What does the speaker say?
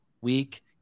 weak